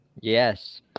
Yes